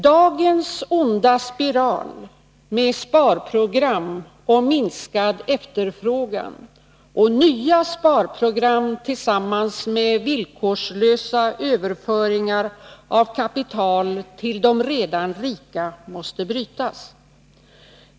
Dagens onda spiral med sparprogram och minskad efterfrågan och nya sparprogram tillsammans med villkorslösa överföringar av kapital till de redan rika måste brytas.